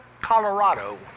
Colorado